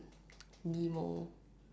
Nemo